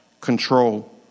control